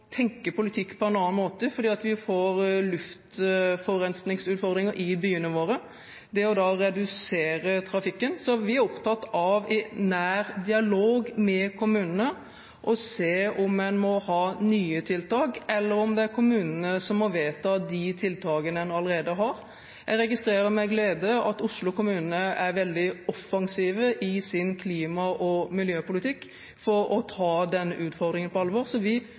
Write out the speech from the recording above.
tenke politikk på en annen måte, bl.a. å redusere trafikken, fordi vi får luftforurensingsutfordringer i byene våre. Så vi er opptatt av i nær dialog med kommunene å se om en må ha nye tiltak, eller om det er kommunene som må innføre de tiltakene som en allerede har. Jeg registrerer med glede at Oslo kommune er veldig offensiv i sin klima- og miljøpolitikk og tar denne utfordringen på alvor, så